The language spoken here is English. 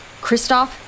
Kristoff